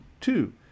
two